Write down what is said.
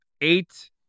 eight